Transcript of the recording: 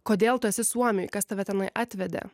kodėl tu esi suomijoj kas tave tenai atvedė